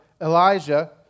Elijah